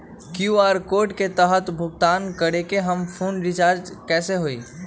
QR code के तहद भुगतान करके हम फोन रिचार्ज कैसे होई?